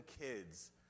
kids